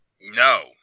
No